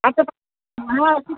আচ্ছা পা হ্যাঁ আছি